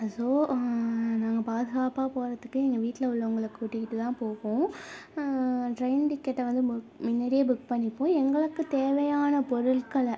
so நாங்கள் பாதுகாப்பாக போகறதுக்கு எங்கள் வீட்டில் உள்ளவங்களை கூட்டிகிட்டு தான் போவோம் டிரெயின் டிக்கெட்டை வந்து மு முன்னடியே புக் பண்ணிப்போம் எங்களுக்கு தேவையான பொருட்களை